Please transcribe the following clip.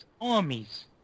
armies